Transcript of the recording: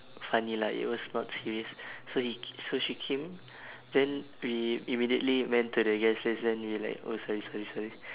funny lah it was not serious so he ca~ so she came then we immediately went to the guys' lane then we like oh sorry sorry sorry